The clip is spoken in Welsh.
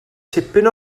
tipyn